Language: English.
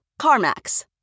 CarMax